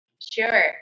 Sure